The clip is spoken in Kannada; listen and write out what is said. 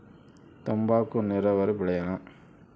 ತಂಬಾಕು ನೇರಾವರಿ ಬೆಳೆನಾ?